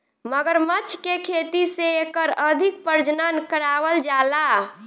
मगरमच्छ के खेती से एकर अधिक प्रजनन करावल जाला